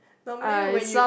normally when you